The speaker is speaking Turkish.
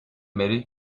beri